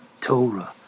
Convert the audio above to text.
Torah